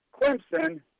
Clemson